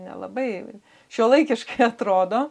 nelabai šiuolaikiškai atrodo